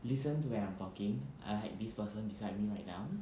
listen to when I'm talking uh I hate this person beside me right now